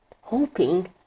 hoping